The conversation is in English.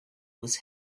was